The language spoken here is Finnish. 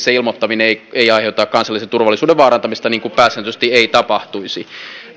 se ilmoittaminen ei ei aiheuta kansallisen turvallisuuden vaarantamista niin kuin pääsääntöisesti ei tapahtuisi